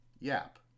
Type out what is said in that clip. YAP